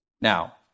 Now